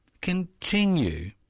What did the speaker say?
continue